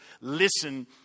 listen